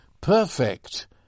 Perfect